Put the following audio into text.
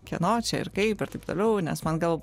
kieno čia ir kaip ir taip toliau nes man gal